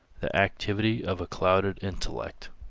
the activity of a clouded intellect.